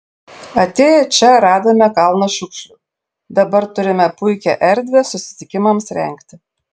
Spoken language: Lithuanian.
atėję čia radome kalną šiukšlių dabar turime puikią erdvę susitikimams rengti